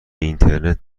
اینترنت